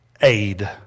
aid